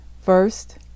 First